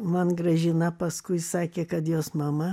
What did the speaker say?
man gražina paskui sakė kad jos mama